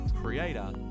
creator